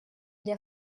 der